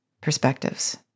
perspectives